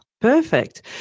perfect